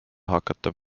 hakata